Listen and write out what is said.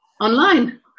online